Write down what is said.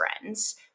friends